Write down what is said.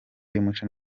y’umuco